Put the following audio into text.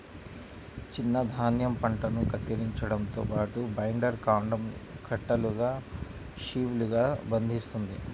చిన్న ధాన్యం పంటను కత్తిరించడంతో పాటు, బైండర్ కాండం కట్టలుగా షీవ్లుగా బంధిస్తుంది